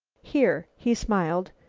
here, he smiled,